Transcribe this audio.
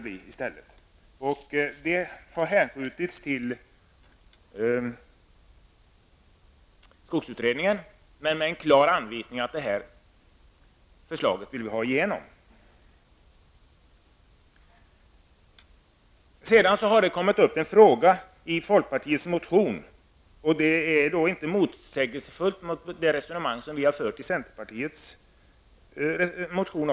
Förslaget har hänskjutits till skogsutredningen med en klar anvisning att förslaget skall drivas igenom. I en folkpartimotion har det framkommit en fråga. Den frågan är inte motsägelsefull gentemot den fråga som centerpartiet har fört fram i en annan motion.